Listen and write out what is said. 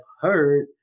heard